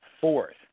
fourth